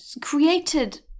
created